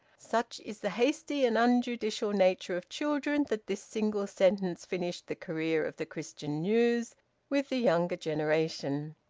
such is the hasty and unjudicial nature of children that this single sentence finished the career of the christian news with the younger generation.